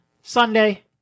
Sunday